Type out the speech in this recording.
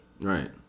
Right